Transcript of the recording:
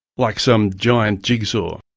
like some giant jigsaw.